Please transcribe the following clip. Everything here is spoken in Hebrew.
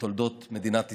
בתולדות מדינת ישראל.